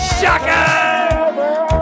Shaka